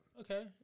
Okay